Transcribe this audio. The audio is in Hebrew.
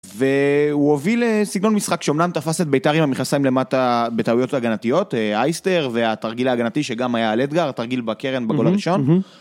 והוא הוביל סגנון משחק שאומנם תפס את בית"ר עם המכסיים למטה בטעויות ההגנתיות אייסטר והתרגיל ההגנתי שגם היה לאדגר תרגיל בקרן בגול הראשון.